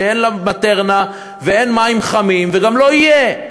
שאין לה "מטרנה" ואין מים חמים וגם לא יהיה.